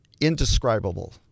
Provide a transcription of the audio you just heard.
indescribable